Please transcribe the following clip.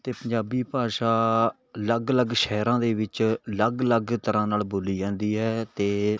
ਅਤੇ ਪੰਜਾਬੀ ਭਾਸ਼ਾ ਅਲੱਗ ਅਲੱਗ ਸ਼ਹਿਰਾਂ ਦੇ ਵਿੱਚ ਅਲੱਗ ਅਲੱਗ ਤਰ੍ਹਾਂ ਨਾਲ ਬੋਲੀ ਜਾਂਦੀ ਹੈ ਅਤੇ